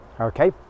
okay